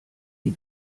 die